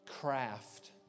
craft